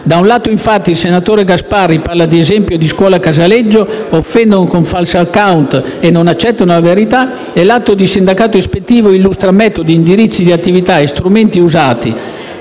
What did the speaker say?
Da un lato, infatti, il senatore Gasparri parla di «Esempio di scuola @casaleggio, offendono con falso *account* e non accettano la verità:», e l'atto di sindacato ispettivo illustra metodi, indirizzi di attività e strumenti usati